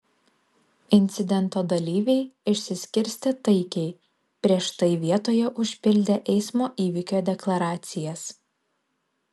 incidento dalyviai išsiskirstė taikiai prieš tai vietoje užpildę eismo įvykio deklaracijas